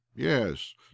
yes